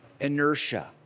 inertia